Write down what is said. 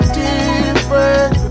different